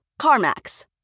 CarMax